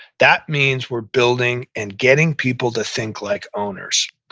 that means we're building and getting people to think like owners.